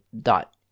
dot